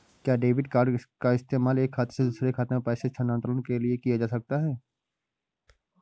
क्या debit card का इस्तेमाल एक खाते से दूसरे खाते में पैसे स्थानांतरण करने के लिए किया जा सकता है?